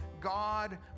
God